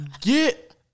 Get